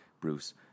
Bruce